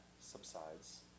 subsides